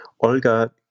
Olga